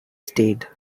stayed